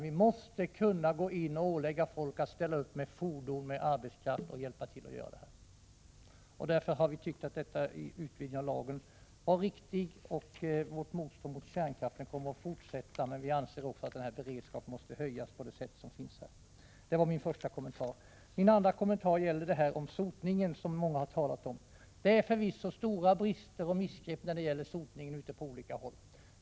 Vi måste också kunna ålägga folk att ställa upp med fordon och arbetskraft och hjälpa till. Därför har vi tyckt att denna utvidgning av lagen är riktig. Vårt motstånd mot kärnkraften kommer att fortsätta, men vi anser att beredskapen måste höjas. Det var min första kommentar. Min andra kommentar gäller sotning som många har talat om. Det är förvisso stora brister och missgrepp när det gäller sotningen på olika håll.